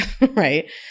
right